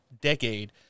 decade